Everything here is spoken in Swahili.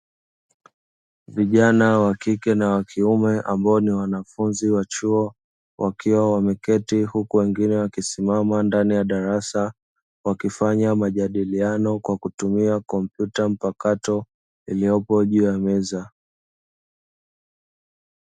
Vijana wa kike na wa kiume ambao ni wanafunzi wa chuo wakiwa wameketi huku wengine wakisimama ndani ya darasa wakifanya majadiliano kwa kutumia kompyuta mpakato iliyopo juu ya meza.